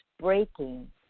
breaking